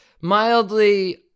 mildly